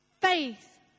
Faith